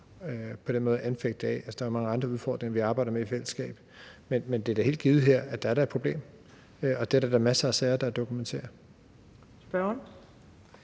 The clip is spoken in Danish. der er mange andre udfordringer, vi arbejder med i fællesskab. Men det er da helt givet, at der her er et problem, og det er der da masser af sager der dokumenterer.